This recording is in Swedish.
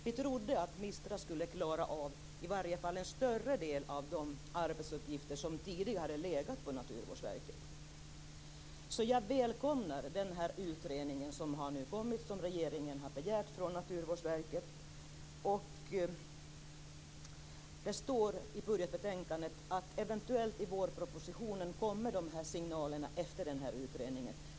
Vi trodde att MISTRA skulle klara av i varje fall en större del av de arbetsuppgifter som tidigare legat på Naturvårdsverket. Jag välkomnar den utredning som nu har kommit och som regeringen har begärt från Naturvårdsverket. Det står i budgetbetänkandet att det i vårpropositionen eventuellt kommer signaler efter utredningen.